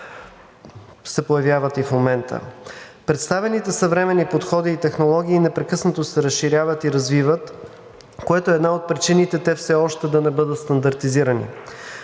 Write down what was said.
се появяват и в момента. Представените съвременни подходи и технологии непрекъснато се разширяват и развиват, което е една от причините те все още да не бъдат стандартизирани.